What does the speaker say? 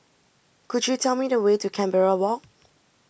could you tell me the way to Canberra Walk